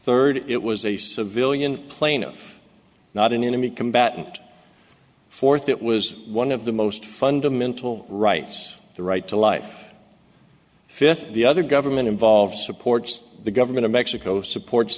third it was a civilian plaintiff not an enemy combatant fourth it was one of the most fundamental rights the right to life fifth the other government involved supports the government of mexico supports